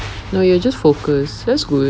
no you are just focus that's good